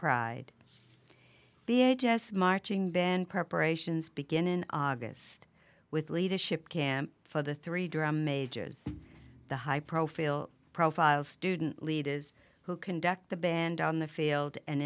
just marching band preparations begin in august with leadership camp for the three drum majors the high profile profiles student leaders who conduct the band on the field and